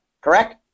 correct